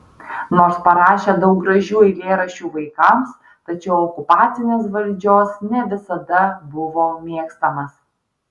nors parašė daug gražių eilėraščių vaikams tačiau okupacinės valdžios ne visada buvo mėgstamas